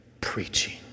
preaching